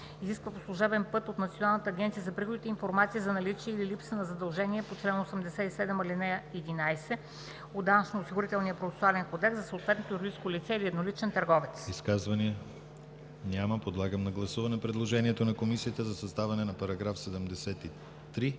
изисква по служебен път от Националната агенция за приходите информация за наличие или липса на задължения по чл. 87, ал. 11 от Данъчно-осигурителния процесуален кодекс за съответното юридическо лице или едноличен търговец.“ ПРЕДСЕДАТЕЛ ДИМИТЪР ГЛАВЧЕВ: Изказвания? Няма. Подлагам на гласуване предложението на Комисията за създаване на § 73,